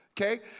okay